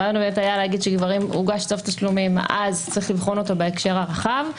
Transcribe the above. הרעיון היה להגיד שאם הוגש צו תשלומים אז צריך לבחון אותו בהקשר הרחב.